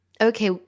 okay